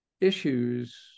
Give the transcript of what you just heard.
issues